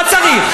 לא צריך.